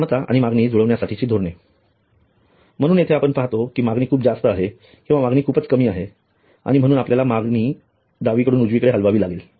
क्षमता आणि मागणी जुळविण्यासाठीची धोरणे म्हणून येथे आपण पाहतो की मागणी खूप जास्त आहे किंवा मागणी खूपच कमी आहे आणि म्हणून आपल्याला मागणी डावीकडून उजवीकडे हलवावी लागेल